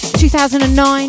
2009